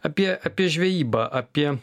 apie apie žvejybą apie